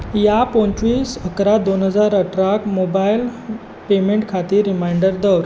ह्या पंचवीस अकरा दोन हजार अठराक मॉबायल पेमेंटा खातीर रिमांय्नडर दवर